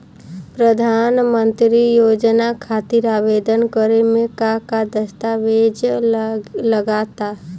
प्रधानमंत्री योजना खातिर आवेदन करे मे का का दस्तावेजऽ लगा ता?